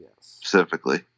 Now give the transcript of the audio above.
specifically